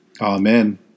Amen